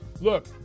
look